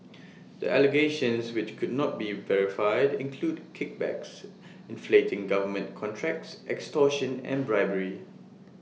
the allegations which could not be verified include kickbacks inflating government contracts extortion and bribery